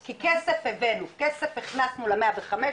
כי כסף הבאנו, כסף הכנסנו ל-105,